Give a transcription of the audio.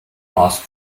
haas